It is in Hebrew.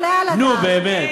נו.